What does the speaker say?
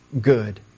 good